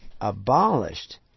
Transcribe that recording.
abolished